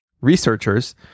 researchers